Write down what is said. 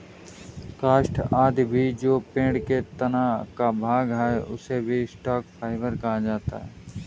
काष्ठ आदि भी जो पेड़ के तना का भाग है, उसे भी स्टॉक फाइवर कहा जाता है